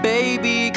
Baby